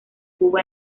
cuba